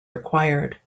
required